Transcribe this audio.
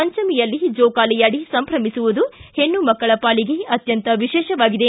ಪಂಚಮಿಯಲ್ಲಿ ಜೋಕಾಲಿಯಾಡಿ ಸಂಭ್ರಮಿಸುವುದು ಹೆಣ್ಣು ಮಕ್ಕಳ ಪಾಲಿಗೆ ಅತ್ಯಂತ ವಿಶೇಷವಾಗಿದೆ